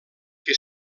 que